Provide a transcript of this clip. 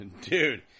dude